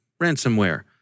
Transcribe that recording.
ransomware